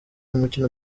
umukino